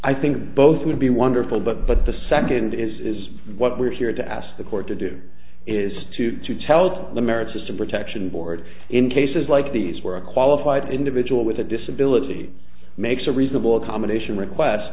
i think both would be wonderful but but the second is is what we're here to ask the court to do is to tell the merits of protection board in cases like these where a qualified individual with a disability makes a reasonable accommodation request